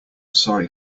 sorry